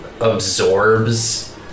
absorbs